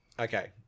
Okay